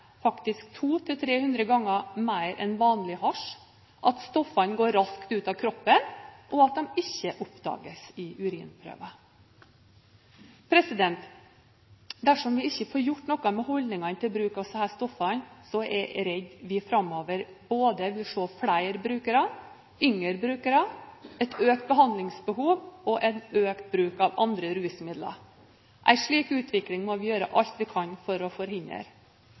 faktisk to til tre hundre ganger mer enn vanlig hasj – at stoffene går raskt ut av kroppen, og at de ikke oppdages i urinprøver. Dersom vi ikke får gjort noe med holdningene til bruk av disse stoffene, er jeg redd vi framover både vil se flere brukere, yngre brukere, et økt behandlingsbehov og en økt bruk av andre rusmidler. En slik utvikling må vi gjøre alt vi kan for å forhindre.